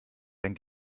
dann